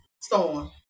Storm